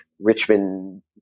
Richmond